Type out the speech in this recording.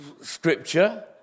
scripture